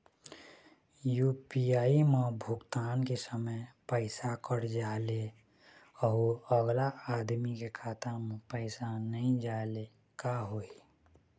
UPI म भुगतान के समय पैसा कट जाय ले, अउ अगला आदमी के खाता म पैसा नई जाय ले का होही?